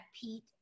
Pete